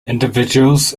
individuals